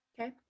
Okay